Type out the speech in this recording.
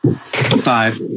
Five